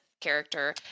character